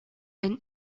and